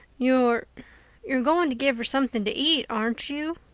you're you're going to give her something to eat, aren't you?